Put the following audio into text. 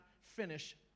finish